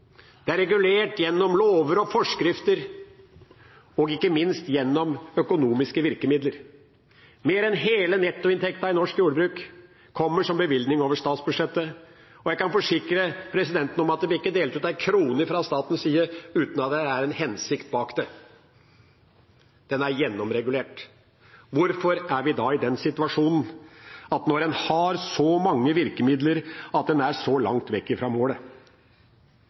Det er regulert gjennom lover og forskrifter og ikke minst gjennom økonomiske virkemidler. Mer enn hele nettoinntekten i norsk jordbruk kommer som bevilgning over statsbudsjettet, og jeg kan forsikre presidenten at det ikke blir delt ut en krone fra statens side uten at det er en hensikt bak. Det er gjennomregulert. Hvorfor er vi da i den situasjonen, når en har så mange virkemidler, at en er så langt vekk fra målet?